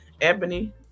Ebony